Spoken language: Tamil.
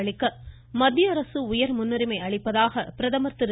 அளிக்க மத்திய அரசு உயர்முன்னுரிமை அளிப்பதாக பிரதமர் திரு